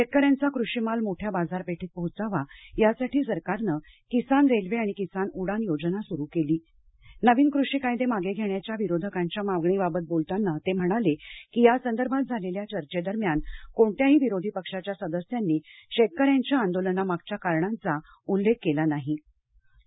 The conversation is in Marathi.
शेतकऱ्यांचा कृषी माल मोठ्या बाजारपेठेत पोहोचावा यासाठी सरकारनं किसान रेल्वे आणि किसान उडान योजना सुरू केली नवीन कृषी कायदे मागे घेण्याच्या विरोधकांच्या मागणीबाबत बोलताना ते म्हणाले की या संदर्भात झालेल्या चर्चे दरम्यान कोणत्याही विरोधी पक्षाच्या सदस्यांनी शेतकऱ्यांच्या आंदोलनामागच्या कारणांचा उल्लेख केला नाही असं मोदी म्हणाले